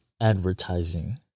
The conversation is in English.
advertising